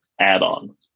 add-on